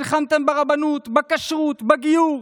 נלחמתם ברבנות, בכשרות, בגיור.